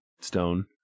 stone